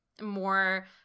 more